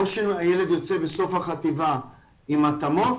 או שהילד יוצא בסוף החטיבה עם התאמות,